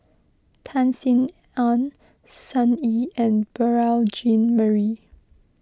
Tan Sin Aun Sun Yee and Beurel Jean Marie